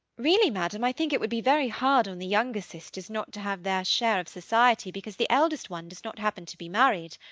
really, madam, i think it would be very hard on the younger sisters not to have their share of society because the eldest one does not happen to be married.